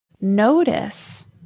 notice